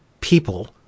people